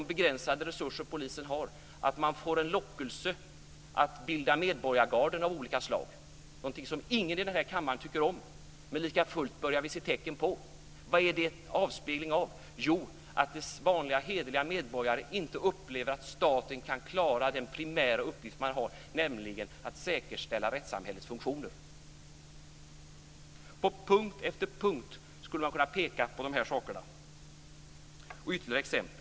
Det är någonting som ingen i den här kammaren tycker om, men som vi lika fullt börjar se tecken på. Vad är det en spegling av? Jo, att vanliga hederliga medborgare inte upplever att staten kan klara den primära uppgift man har, nämligen att säkerställa rättssamhällets funktioner.